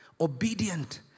Obedient